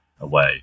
away